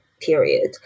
period